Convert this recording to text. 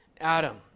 Adam